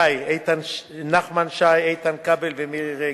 ומירי רגב,